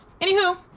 anywho